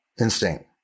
instinct